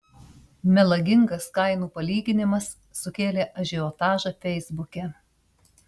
melagingas kainų palyginimas sukėlė ažiotažą feisbuke